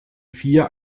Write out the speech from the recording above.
vier